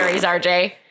RJ